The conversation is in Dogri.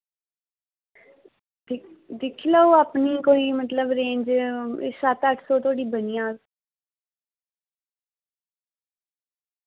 दी दिक्खी लाओ अपनी कोई मतलब रेंज एह् सत्त अट्ठ धोड़ी बनी जा